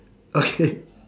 okay